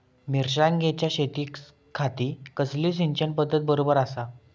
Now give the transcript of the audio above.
मिर्षागेंच्या शेतीखाती कसली सिंचन पध्दत बरोबर आसा?